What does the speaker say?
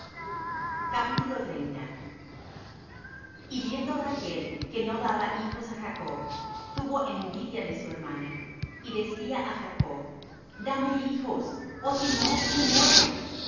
de parir y viendo rachl que no daba hijos á jacob tuvo envidia de su hermana y decía á jacob dame hijos ó si no me muero